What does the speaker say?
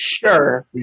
Sure